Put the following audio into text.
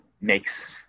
makes